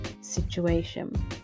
situation